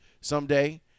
someday